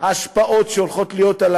ההשפעות שהולכות להיות על